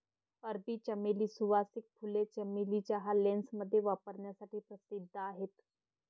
अरबी चमेली, सुवासिक फुले, चमेली चहा, लेसमध्ये वापरण्यासाठी प्रसिद्ध आहेत